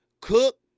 cook